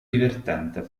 divertente